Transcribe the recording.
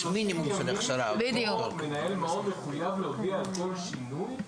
יש מינימום ימים שבו מנהל מעון מחויב להודיע על כל שינוי,